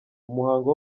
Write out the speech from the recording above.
umuhango